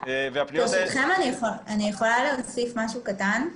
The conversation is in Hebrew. ברשותך, אני יכולה להוסיף משהו קטן?